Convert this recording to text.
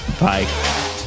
Bye